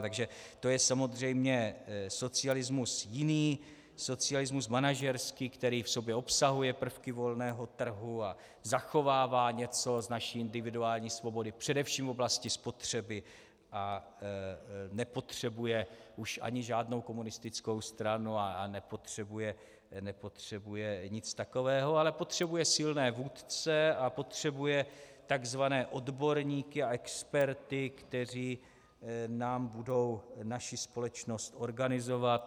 Takže to je samozřejmě socialismus jiný, socialismus manažerský, který v sobě obsahuje prvky volného trhu a zachovává něco z naší individuální svobody, především v oblasti spotřeby, a nepotřebuje už ani žádnou komunistickou stranu a nepotřebuje nic takového, ale potřebuje silné vůdce a potřebuje tzv. odborníky a experty, kteří nám budou naši společnost organizovat.